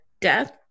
death